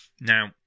Now